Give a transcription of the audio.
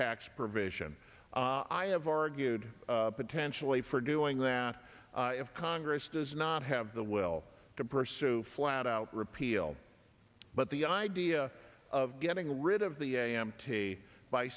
tax provision i have argued potentially for doing that if congress does not have the will to pursue flat out repeal but the idea of getting rid of the a m t by